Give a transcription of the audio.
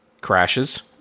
crashes